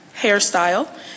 hairstyle